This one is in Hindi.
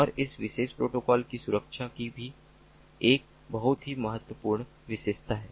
और इस विशेष प्रोटोकॉल की सुरक्षा की भी एक बहुत ही महत्वपूर्ण विशेषता है